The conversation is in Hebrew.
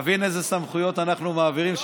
שתבין איזה סמכויות אנחנו מעבירים.